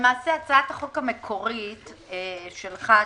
הצעת החוק המקורית שלך,